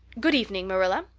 good evening, marilla.